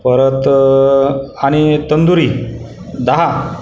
परत आणि तंदुरी दहा